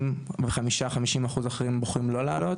45-50 אחוז האחרים בוחרים לא לעלות?